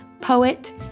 poet